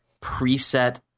preset